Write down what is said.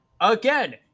again